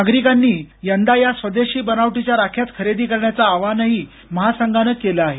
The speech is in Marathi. नागरिकांनी यंदा या स्वदेशी बनावटीच्या राख्याच खरेदी करण्याचं आवाहनही महासंघाने केलं आहे